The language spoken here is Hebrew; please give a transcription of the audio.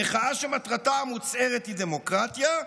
במחאה, שמטרתה המוצהרת היא דמוקרטיה,